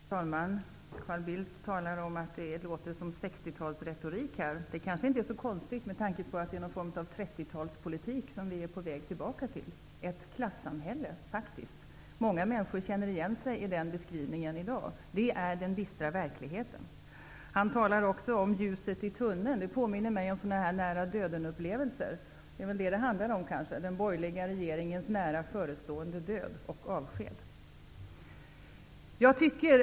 Fru talman! Carl Bildt talar om att det låter som 60 talsretorik här. Det kanske inte är så konstigt med tanke på att det är någon form av 30-talspolitik som vi är på väg tillbaka till -- ett klassamhälle. Många människor känner igen sig i den beskrivningen. Det är den bistra verkligheten. Carl Bildt talar också om ljuset i tunneln. Det påminner mig om nära-döden-upplevelser. Det är kanske detta det handlar om, nämligen den borgerliga regeringens nära förestående avsked och död.